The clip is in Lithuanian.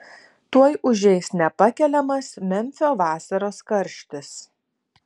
tuoj užeis nepakeliamas memfio vasaros karštis